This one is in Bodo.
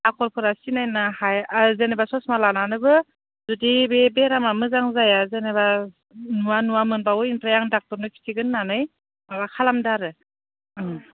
आखरफोरा सिनायनो हायो जेनेबा ससमा लानानैबो जुदि बे बेरामा मोजां जाया जेनेबा नुवा नुवा मोनदावो ओमफ्राय आं डक्टरनो खिन्थिगोन होननानै माबा खालामदों आरो